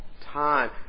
time